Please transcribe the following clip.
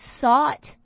sought